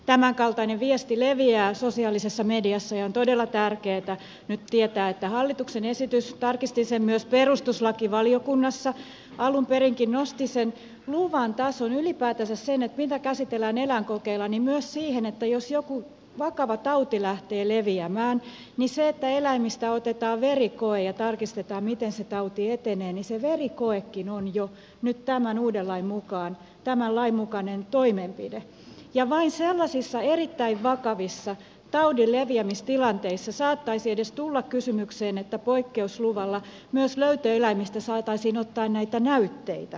tämänkaltainen viesti leviää sosiaalisessa mediassa ja on todella tärkeätä nyt tietää että hallituksen esitys tarkistin sen myös perustuslakivaliokunnassa alun perinkin nosti sen luvan tason ylipäätänsä sen mitä käsitellään eläinkokeina myös siihen että jos joku vakava tauti lähtee leviämään niin se että eläimistä otetaan verikoe ja tarkistetaan miten se tauti etenee se verikoekin on jo nyt tämän uuden lain mukainen toimenpide ja vain sellaisissa erittäin vakavissa taudin leviämistilanteissa saattaisi edes tulla kysymykseen että poikkeusluvalla myös löytöeläimistä saataisiin ottaa näitä näytteitä